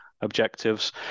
objectives